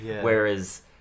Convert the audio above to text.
Whereas